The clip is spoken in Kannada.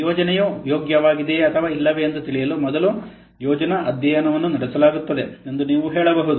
ಯೋಜನೆಯು ಯೋಗ್ಯವಾಗಿದೆಯೆ ಅಥವಾ ಇಲ್ಲವೇ ಎಂದು ತಿಳಿಯಲು ಮೊದಲು ಯೋಜನಾ ಅಧ್ಯಯನವನ್ನು ನಡೆಸಲಾಗುತ್ತದೆ ಎಂದು ನೀವು ಹೇಳಬಹುದು